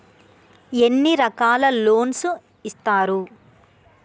ఎన్ని రకాల లోన్స్ ఇస్తరు?